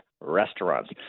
restaurants